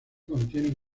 contienen